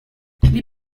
les